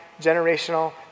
generational